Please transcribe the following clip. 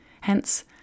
Hence